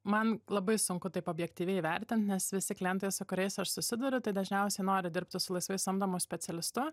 man labai sunku taip objektyviai įvertint nes visi klientai su kuriais aš susiduriu tai dažniausiai nori dirbti su laisvai samdomu specialistu